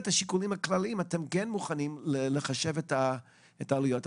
השיקולים הכלליים אתם כן מוכנים לחשב את העלויות.